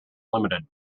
limited